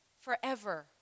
forever